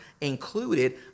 included